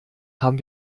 haben